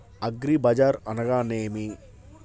అగ్రిబజార్ అనగా నేమి?